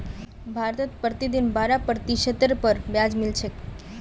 भारतत प्रतिदिन बारह प्रतिशतेर पर ब्याज मिल छेक